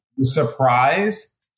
Surprise